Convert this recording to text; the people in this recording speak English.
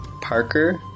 Parker